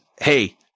Hey